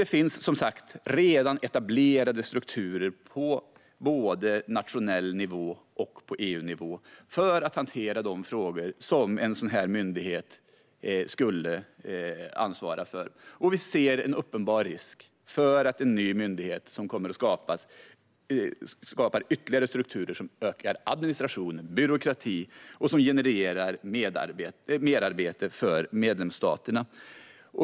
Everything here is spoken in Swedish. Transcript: Det finns som sagt redan etablerade strukturer både på nationell nivå och på EU-nivå för att hantera de frågor som en sådan myndighet skulle ansvara för. Vi ser en uppenbar risk för att en ny myndighet skulle skapa ytterligare strukturer som ger ökad administration och byråkrati och som genererar merarbete för medlemsstaterna.